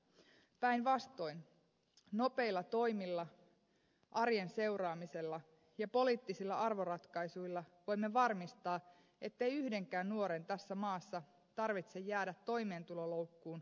päinvastoin nopeilla toimilla arjen seuraamisella ja poliittisilla arvoratkaisuilla voimme varmistaa ettei yhdenkään nuoren tässä maassa tarvitse jäädä toimeentuloloukkuun vaille työtä